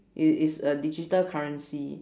it is a digital currency